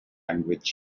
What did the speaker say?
language